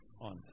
on